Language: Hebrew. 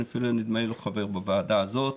נדמה לי שאני אפילו לא חבר בוועדה הזאת,